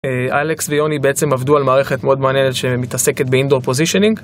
אלכס ויוני בעצם עבדו על מערכת מאוד מעניינת שמתעסקת באינדור פוזישיינינג.